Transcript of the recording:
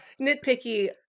Nitpicky